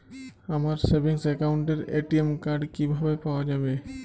আমার সেভিংস অ্যাকাউন্টের ATM card কিভাবে পাওয়া যাবে?